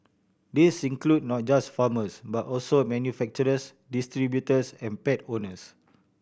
this includes not just farmers but also manufacturers distributors and pet owners